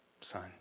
son